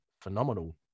phenomenal